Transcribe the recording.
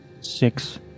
six